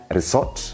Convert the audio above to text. Resort